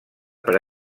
per